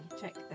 Check